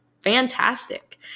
fantastic